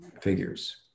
figures